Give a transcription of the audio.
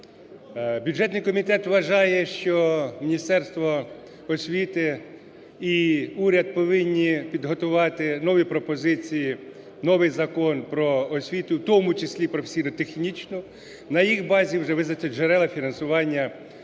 Бюджетний комітет вважає, що Міністерство освіти і уряд повинні підготувати нові пропозиції, новий Закон про освіту, в тому числі професійно-технічну, на їх базі вже визнати джерела фінансування цього